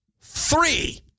three